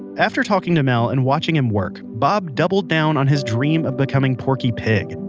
after talking to mel and watching him work, bob doubled down on his dream of becoming porky pig.